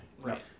Right